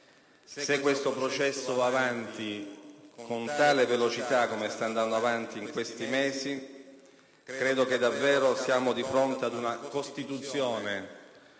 Se questo processo va avanti con tale velocità, così come sta accadendo in questi mesi, credo che davvero siamo di fronte ad una Costituzione